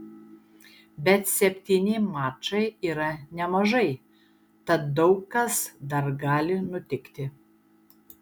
bet septyni mačai yra nemažai tad daug kas dar gali nutikti